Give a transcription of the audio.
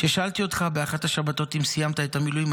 כששאלתי אותך באחת השבתות אם סיימת את המילואים,